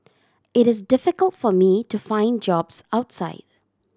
it is difficult for me to find jobs outside